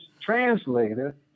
translator